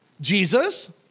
Jesus